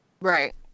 Right